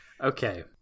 Okay